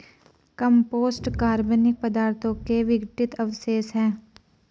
compost कार्बनिक पदार्थों के विघटित अवशेष हैं